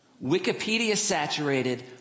Wikipedia-saturated